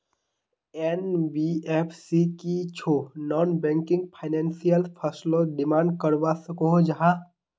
NBFC की छौ non banking financial फसलोत डिमांड करवा सकोहो जाहा?